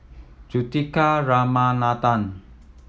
Juthika Ramanathan